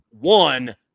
One